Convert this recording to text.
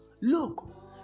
Look